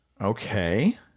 Okay